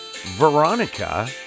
Veronica